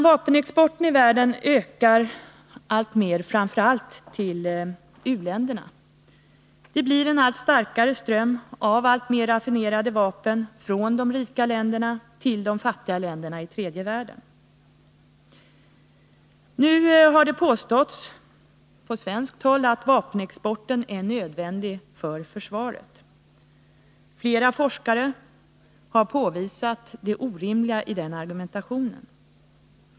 Vapenexporten i världen ökar alltmer — framför allt exporten till u-länderna. Det blir en allt starkare ström av alltmer raffinerade vapen från de rika länderna till de fattiga länderna i tredje världen. Det har från svenskt håll påståtts att vapenexporten är nödvändig för försvaret. Flera forskare har påvisat det orimliga i denna argumentation.